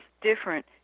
different